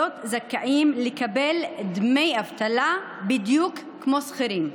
זכאים לקבל דמי אבטלה בדיוק כמו שכירים.